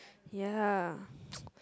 ya